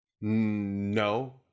No